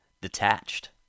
detached